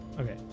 Okay